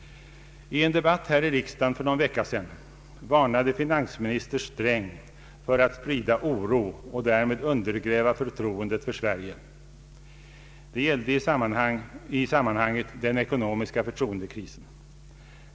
I en debatt här i riksdagen för någon vecka sedan varnade finansminister Sträng för att sprida oro och därmed undergräva förtroendet för Sverige. Det gällde i sammanhanget den ekonomiska förtroendekrisen.